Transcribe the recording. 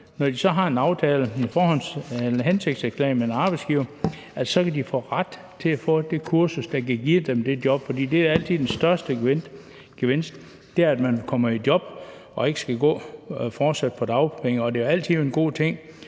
Når de så har en aftale, en hensigtserklæring fra en arbejdsgiver, så får de ret til at få det kursus, der kan give dem det job, for det er altid den største gevinst, nemlig at man kommer i job og ikke fortsat skal gå på dagpenge. Det er altid en god ting